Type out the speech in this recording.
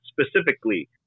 specifically